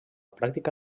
pràctica